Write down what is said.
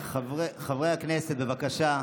חברי הכנסת, בבקשה,